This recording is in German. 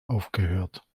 aufgehört